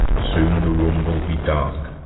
soon the room will be dark.